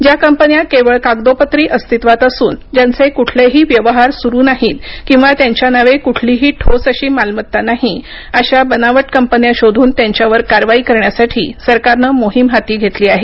ज्या कंपन्या केवळ कागदोपत्री अस्तित्वात असून ज्यांचे कुठलेही व्यवहार सुरू नाहीत किंवा त्यांच्या नावे कुठलीही ठोस अशी मालमत्ता नाही अशा बनावट कंपन्या शोधून त्यांच्यावर कारवाई करण्यासाठी सरकारनं मोहीम हाती घेतली आहे